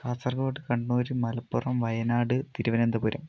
Kasaragod Kannur Malappuram Wayanad Thiruvananthapuram